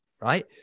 Right